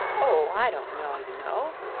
oh, i don't know, you know.